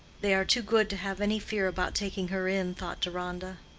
they are too good to have any fear about taking her in, thought deronda.